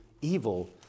evil